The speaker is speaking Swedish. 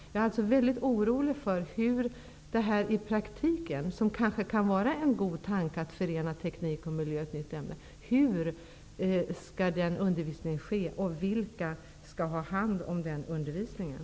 Jag är alltså orolig för hur undervisningen i praktiken skall ske i det som kanske kan vara en god tanke, att förena teknik och miljö till ett ämne. Hur skall den undervisningen ske, och vilka skall ha hand om den undervisningen?